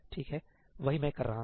ठीक है वही मैं कर रहा हूं